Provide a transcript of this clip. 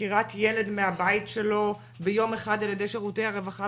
עקירת ילד מהבית שלו ביום אחד ע"י שירותי הרווחה,